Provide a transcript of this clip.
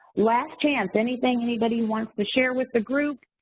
last chance, anything anybody wants to share with the group?